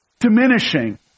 diminishing